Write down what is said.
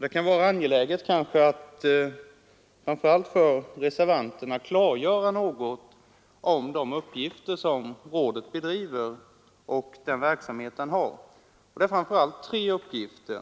Det kan vara angeläget att för reservanterna klargöra vilka uppgifter rådet fullgör och vilken verksamhet det bedriver. Rådet har framför allt tre uppgifter.